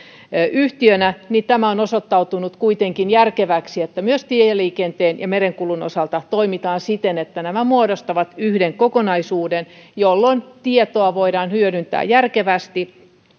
yhtiönä eli tämä on osoittautunut kuitenkin järkeväksi että myös tieliikenteen ja merenkulun osalta toimitaan siten että nämä muodostavat yhden kokonaisuuden jolloin tietoa voidaan hyödyntää järkevästi